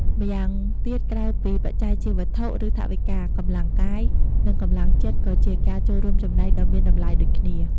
ម្យ៉ាងទៀតក្រៅពីបច្ច័យជាវត្ថុ ឬថវិកា កម្លាំងកាយ និងកម្លាំងចិត្ត ក៏ជាការចូលរួមចំណែកដ៏មានតម្លៃដូចគ្នា។